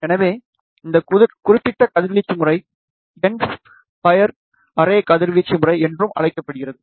எனவே இந்த குறிப்பிட்ட கதிர்வீச்சு முறை என்ட் பயர் அரே கதிர்வீச்சு முறை என்றும் அழைக்கப்படுகிறது